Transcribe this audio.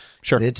Sure